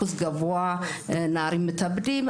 אחוז גבוה של נערים מתאבדים,